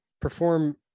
perform